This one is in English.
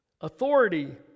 Authority